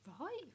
Right